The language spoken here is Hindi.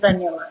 धन्यवाद